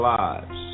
lives